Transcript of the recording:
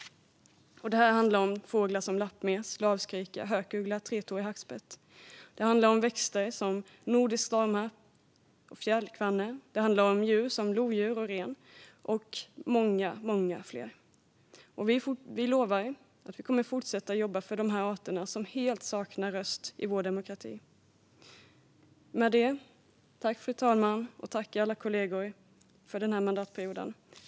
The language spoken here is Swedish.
Det handlar om fåglar som lappmes, lavskrika, hökuggla och tretåig hackspett. Det handlar om växter som nordisk stormhatt och fjällkvanne och om djur som lodjur och ren och många fler. Vi lovar att vi kommer att fortsätta jobba för de här arterna som helt saknar röst i vår demokrati. Med det vill jag tacka fru talmannen och alla kollegor för den här mandatperioden.